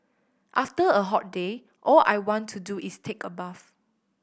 after a hot day all I want to do is take a bath